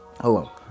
Hello